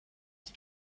die